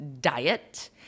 diet